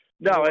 No